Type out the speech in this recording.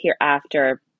hereafter